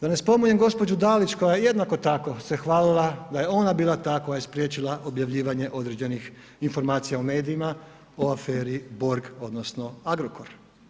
Da ne spominjem gospođu Dalić koja je jednako tako se hvalila da je ona bila ta koja je spriječila objavljivanje određenih informacija u medijima o aferi Borg odnosno Agrokor.